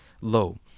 low